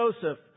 Joseph